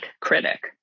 critic